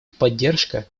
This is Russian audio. поддержка